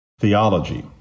theology